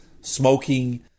smoking